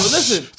Listen